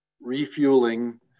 refueling